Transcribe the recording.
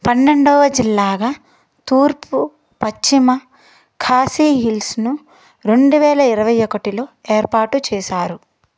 పన్నెండవ జిల్లాగా తూర్పు పశ్చిమ కాశీ హిల్స్ను రెండు వేల ఇరవై ఒకటిలో ఏర్పాటు చేసారు